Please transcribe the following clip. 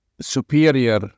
superior